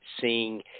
seeing